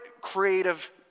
creative